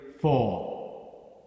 four